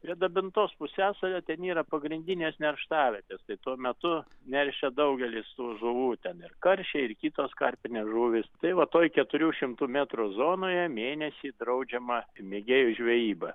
prie dabintos pusiasalio ten yra pagrindinės nerštavietės tai tuo metu neršia daugelis tų žuvų ten ir karšiai ir kitos karpinės žuvys tai va toj keturių šimtų metrų zonoje mėnesį draudžiama mėgėjų žvejyba